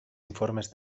informes